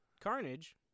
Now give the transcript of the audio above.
Carnage